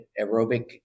aerobic